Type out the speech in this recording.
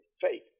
faith